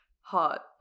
hot